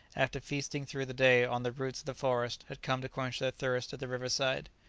after feasting through the day on the roots of the forest, had come to quench their thirst at the river-side.